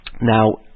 Now